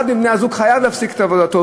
אחד מבני-הזוג חייב להפסיק את עבודתו,